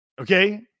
Okay